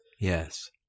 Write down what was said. Yes